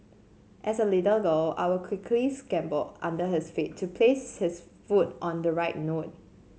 as a little girl I would quickly scamper under his feet to place his foot on the right note